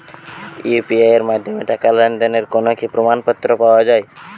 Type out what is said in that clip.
UPI এর মাধ্যমে টাকা লেনদেনের কোন কি প্রমাণপত্র পাওয়া য়ায়?